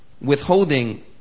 withholding